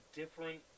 different